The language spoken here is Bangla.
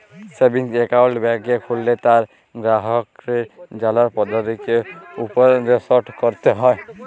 সেভিংস এক্কাউল্ট ব্যাংকে খুললে তার গেরাহককে জালার পদধতিকে উপদেসট ক্যরতে হ্যয়